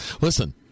Listen